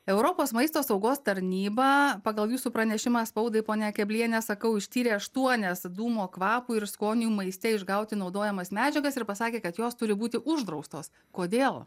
europos maisto saugos tarnyba pagal jūsų pranešimą spaudai ponia kebliene sakau ištyrė aštuonias dūmo kvapui ir skoniui maiste išgauti naudojamas medžiagas ir pasakė kad jos turi būti uždraustos kodėl